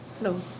No